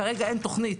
כרגע אין תוכנית.